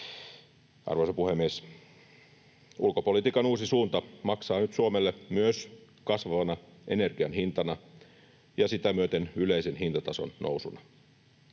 Arvoisa puhemies! Ulkopolitiikan uusi suunta maksaa nyt Suomelle myös kasvavana energian hintana ja sitä myöten yleisen hintatason nousuna.